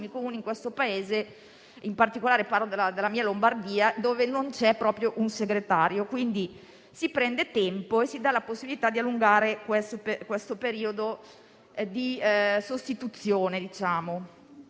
Comuni in questo Paese, parlo in particolare della mia Lombardia, dove non c'è proprio un segretario. Quindi si prende tempo e si dà la possibilità di allungare questo periodo di sostituzione.